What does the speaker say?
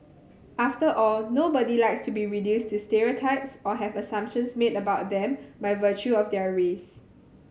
after all nobody likes to be reduced to stereotypes or have assumptions made about them by virtue of their race